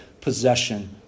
possession